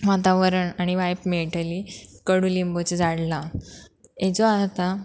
वातावरण आनी वायब मेळटली कडूलिंबूचें झाड लावन हेचो आतां